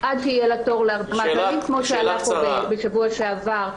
עד שיהיה לה לתור להרדמה כללית כמו שעלה בשבוע שעבר.